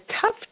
tough